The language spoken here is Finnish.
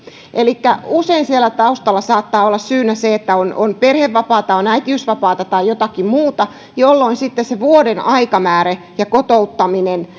elikkä usein siellä taustalla saattaa olla syynä se että on perhevapaata on äitiysvapaata tai jotakin muuta jolloin sitten vuoden aikamääre ja kotouttaminen